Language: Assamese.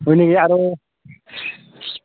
হয় নেকি আৰু